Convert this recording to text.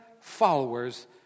followers